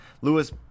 Lewis